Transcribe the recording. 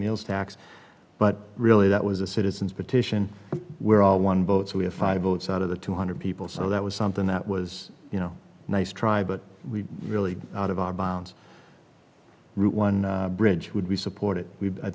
meals tax but really that was a citizens petition were all one vote so we had five votes out of the two hundred people so that was something that was you know nice try but we really out of our bounds route one bridge would be support